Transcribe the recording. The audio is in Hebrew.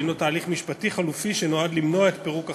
שהנו תהליך משפטי חלופי שנועד למנוע את פירוק החברה.